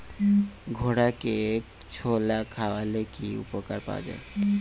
ঘোড়াকে ছোলা খাওয়ালে কি উপকার পাওয়া যায়?